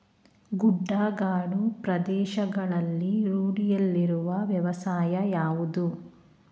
ಗುಡ್ಡಗಾಡು ಪ್ರದೇಶಗಳಲ್ಲಿ ರೂಢಿಯಲ್ಲಿರುವ ವ್ಯವಸಾಯ ಯಾವುದು?